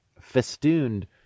festooned